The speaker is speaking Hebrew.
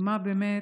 מה באמת,